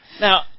Now